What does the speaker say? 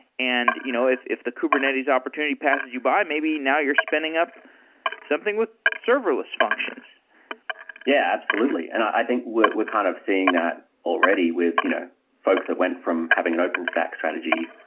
and you know if if the kubernetes opportunity passes you by, maybe now you're spinning up something with serverless functions yeah, absolutely. i think we're kind of seeing that already with you know folks that went from having an openstack strategy,